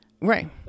right